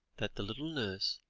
that the little nurse,